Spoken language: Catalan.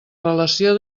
relació